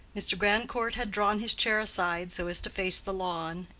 mr. grandcourt had drawn his chair aside so as to face the lawn,